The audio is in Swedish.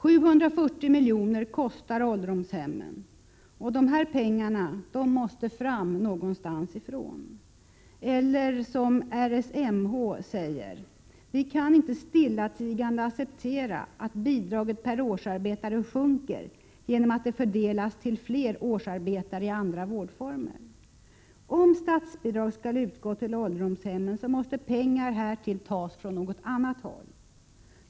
740 miljoner kostar ålderdomshemmen, och dessa pengar måste tas någonstans, eller som RSMH säger: Vi kan inte stillatigande acceptera att bidraget per årsarbetare sjunker genom att det fördelas till fler årsarbetare i andra vårdformer. Om statsbidrag skall utgå till ålderdomshemmen måste pengar härtill tas från annat håll.